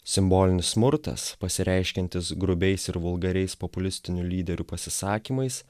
simbolinis smurtas pasireiškiantis grubiais ir vulgariais populistinių lyderių pasisakymais